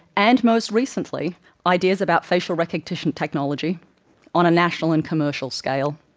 and most recently ideas about facial recognition technology on a national and commercial scale.